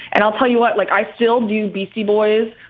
and i'll tell you what like i still do. beastie boys.